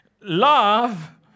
Love